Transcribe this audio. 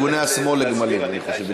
ארגוני השמאל לגמלים, אני חושב.